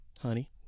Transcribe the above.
honey